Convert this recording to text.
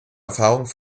erfahrung